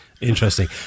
Interesting